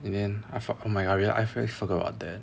and then I forgot oh my god I forgot about that